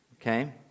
Okay